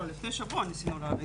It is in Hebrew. לא, לפני שבוע ניסינו להבין.